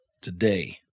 today